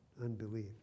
unbelief